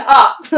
up